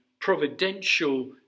providential